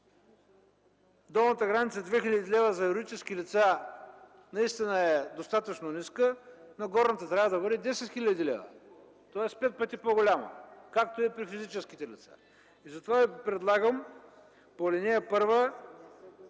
долната граница от 2000 лв. за юридически лица наистина е достатъчно ниска, но горната трябва да бъде 10 000 лв., тоест пет пъти по-голяма, както е при физическите лица. Затова Ви предлагам по ал. 1